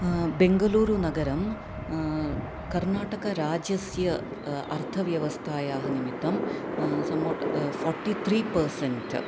बेङ्गलूरुनगरं कर्णाटकराज्यस्य अर्थव्यवस्थायाः निमित्तं सं वाट् फोर्टित्रि पर्सेन्ट्